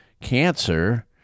cancer